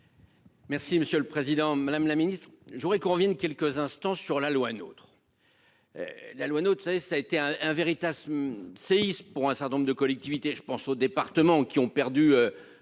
Merci, monsieur le Président Madame la Ministre je voudrais qu'on revienne quelques instants sur la loi notre. La loi note ça ça a été un, un véritable séisme pour un certain nombre de collectivités. Je pense aux départements qui ont perdu